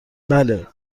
بله